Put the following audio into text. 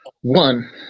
One